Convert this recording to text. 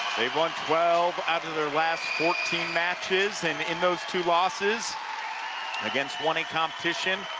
they've won twelve out of their last fourteen matches, and in those two losses against one a competition,